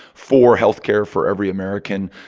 for health care for every american.